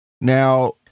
Now